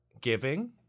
giving